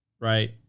right